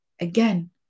Again